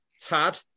Tad